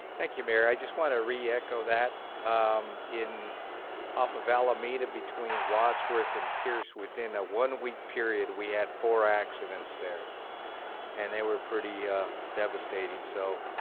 thank you mayor i just want to react oh that in off of alameda between wodsworth and pierce within a one week period we had four accidents there and they were pretty devastating so